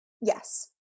Yes